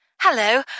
Hello